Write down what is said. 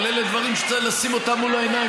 אבל אלה דברים שצריכים לשים אותם מול העיניים,